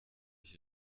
ich